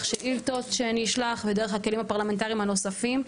שאילתות שאני אשלח ודרך הכלים הפרלמנטריים הנוספים,